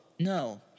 No